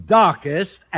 darkest